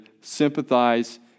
sympathize